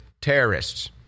terrorists